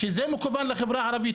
כשזה מכוון לחברה הערבית,